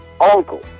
Uncle